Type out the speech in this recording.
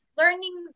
learning